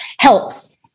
helps